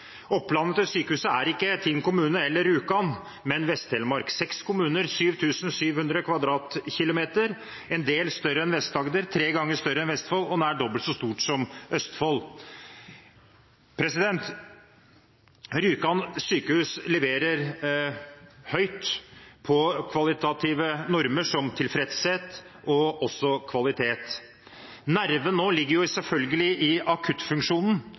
Opplandet til sykehuset er ikke Tinn kommune eller Rjukan, men Vest-Telemark – seks kommuner, 7 700 km2, en del større enn Vest-Agder, tre ganger større enn Vestfold og nær dobbelt så stort som Østfold. Rjukan Sykehus scorer høyt på kvalitative normer som tilfredshet og kvalitet. Nerven ligger nå selvfølgelig i frykten for å miste akuttfunksjonen,